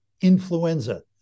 influenza